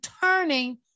turning